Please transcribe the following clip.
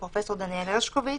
הפרופ' דניאל הרשקוביץ.